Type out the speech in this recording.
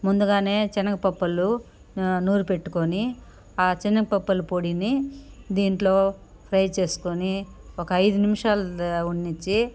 ముందుగానే చెనగపప్పులు నూరిపెట్టుకొని చెనగపప్పులు పొడిని దీంట్లో ఫ్రై చేసుకొని ఒక ఐదు నిమిషాలు ద ఉండనిచ్చి